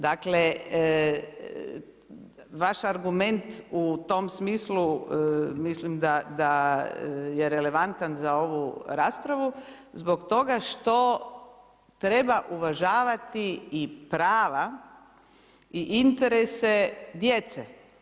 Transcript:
Dakle vaš argument u tom smislu mislim da je relevantan za ovu raspravu zbog toga što treba uvažavati i prava i interese djece.